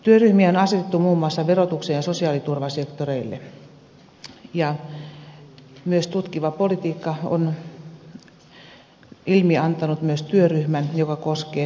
työryhmiä on asetettu muun muassa verotuksen ja sosiaaliturvan sektoreille ja tutkiva politiikka on ilmiantanut myös työryhmän joka koskee metsänhoitomaksun problematiikkaa